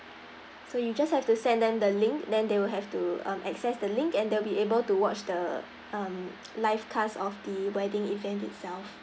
so you just have to send them the link then they will have to um access the link and they'd be able to watch the um live cast of the wedding event itself